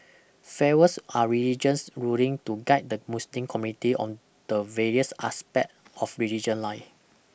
fatwas are religious rulings to guide the Muslim community on the various aspects of religion life